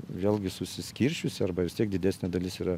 vėlgi susiskirsčiusi arba vis tiek didesnė dalis yra